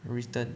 written